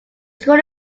school